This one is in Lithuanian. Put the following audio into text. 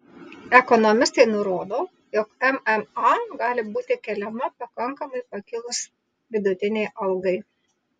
ekonomistai nurodo jog mma gali būti keliama pakankamai pakilus vidutinei algai